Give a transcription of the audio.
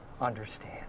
understand